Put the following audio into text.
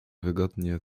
wygodnie